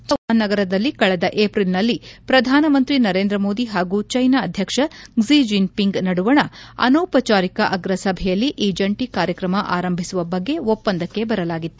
ಚ್ಕೆನಾದ Wuhan ನಗರದಲ್ಲಿ ಕಳೆದ ಏಪ್ರಿಲ್ನಲ್ಲಿ ಪ್ರಧಾನಮಂತ್ರಿ ನರೇಂದ್ರ ಮೋದಿ ಹಾಗೂ ಚೈನಾ ಅಧ್ವಕ್ಷ ಕ್ಲಿ ಜಿನ್ಪಿಂಗ್ ನಡುವಣ ಅನೌಪಚಾರಿಕ ಅಗ್ರ ಸಭೆಯಲ್ಲಿ ಈ ಜಂಟಿ ಕಾರ್ಯಕ್ರಮ ಆರಂಭಿಸುವ ಬಗ್ಗೆ ಒಪ್ಪಂದಕ್ಕೆ ಬರಲಾಗಿತ್ತು